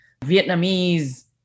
Vietnamese